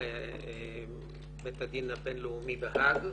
לבית הדין הבינלאומי בהאג,